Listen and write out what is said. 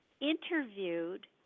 interviewed